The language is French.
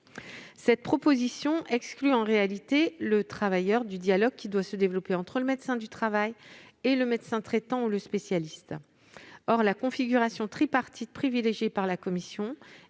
Cette proposition exclut en réalité le travailleur du dialogue qui doit se développer entre le médecin du travail et le médecin traitant ou le médecin spécialiste. La configuration tripartite privilégiée par la commission